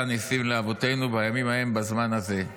ניסים לאבותינו בימים ההם בזמן הזה.